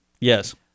Yes